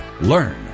learn